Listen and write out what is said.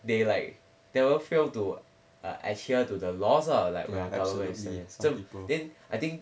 they like they all fail to adhere to the laws like when I then I think